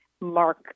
mark